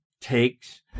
takes